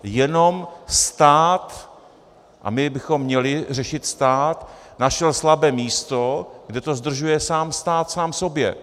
Jenom stát a my bychom měli řešit stát našel slabé místo, kde to zdržuje stát sám sobě.